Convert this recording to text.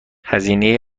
هزینه